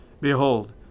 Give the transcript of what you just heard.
Behold